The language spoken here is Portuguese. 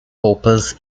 roupas